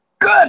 good